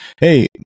Hey